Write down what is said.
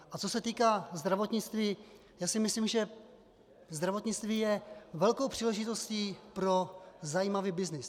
A co se týká zdravotnictví, já si myslím, že zdravotnictví je velkou příležitostí pro zajímavý byznys.